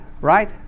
right